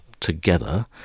Together